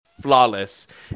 flawless